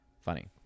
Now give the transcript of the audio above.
funny